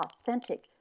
authentic